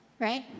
right